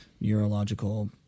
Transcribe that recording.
neurological